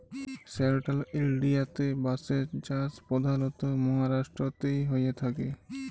central ইলডিয়াতে বাঁশের চাষ পধালত মাহারাষ্ট্রতেই হঁয়ে থ্যাকে